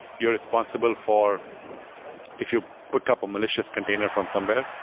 you are responsible for if you pick up a malicious container from somewhere,